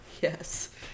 yes